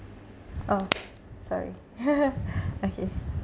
oh sorry okay